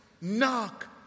knock